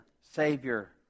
Savior